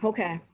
Okay